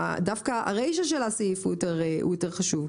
דווקא הרישא של הסעיף יותר חשוב,